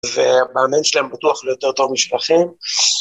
‫והמאמן שלהם בטוח לא יותר טוב משלכם.